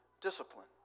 discipline